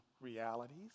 realities